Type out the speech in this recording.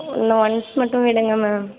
இந்த ஒன்ஸ் மட்டும் விடுங்க மேம்